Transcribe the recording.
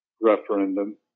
referendum